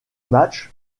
match